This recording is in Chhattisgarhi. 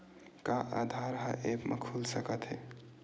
का आधार ह ऐप म खुल सकत हे?